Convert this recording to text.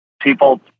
People